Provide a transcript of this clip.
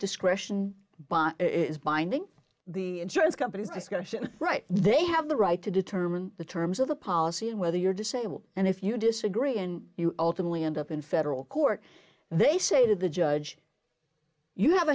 discretion is binding the insurance companies discussion right they have the right to determine the terms of the policy and whether you're disabled and if you disagree and you ultimately end up in federal court they say to the judge you have